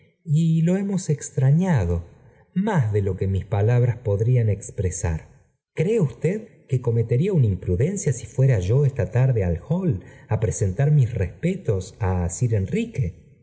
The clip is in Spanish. y lo hemos extrañado más p ue mis palabras podrían expresar cree uslted que cometería una imprudencia si fuera yo esta tarde al hall á presentar mis respetos á sir enrique